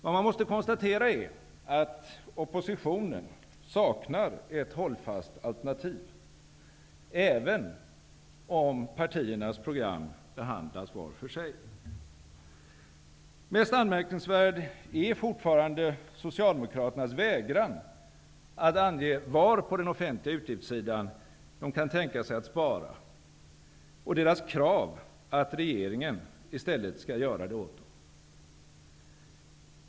Vad man måste konstatera är, att oppositionen saknar ett hållfast alternativ, även om partiernas program behandlas var för sig. Mest anmärkningsvärda är fortfarande socialdemokraternas vägran att ange var på den offentliga utgiftssidan de kan tänka sig att spara och deras krav att regeringen i stället skall göra det åt dem.